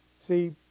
See